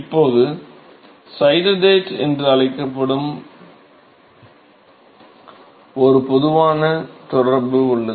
இப்போது சைடர் டேட் என்று அழைக்கப்படும் ஒரு பொதுவான தொடர்பு உள்ளது